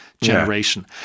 generation